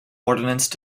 ordnance